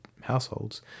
households